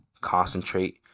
concentrate